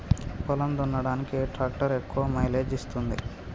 పొలం దున్నడానికి ఏ ట్రాక్టర్ ఎక్కువ మైలేజ్ ఇస్తుంది?